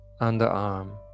underarm